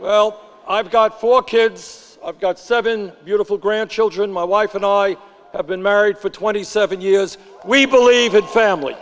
well i've got four kids i've got seven beautiful grandchildren my wife annoy i've been married for twenty seven years we believe in family